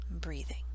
breathing